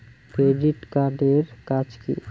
Credit card এর কাজ কি?